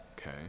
Okay